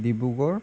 Dibrugarh